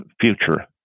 future